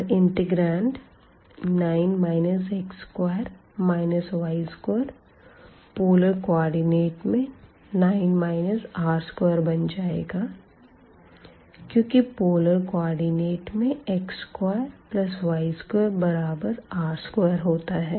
और integrand 9 x2 y2 polar coordinate में 9 r2 बन जाएगा क्योंकि पोलर कोऑर्डिनेट में x2y2 बराबर r2होता है